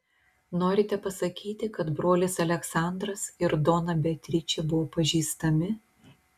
norite pasakyti kad brolis aleksandras ir dona beatričė buvo pažįstami